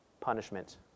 punishment